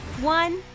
one